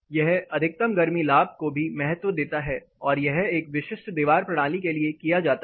यह अधिकतम गर्मी लाभ को भी महत्व देता है और यह एक विशिष्ट दीवार प्रणाली के लिए किया जाता है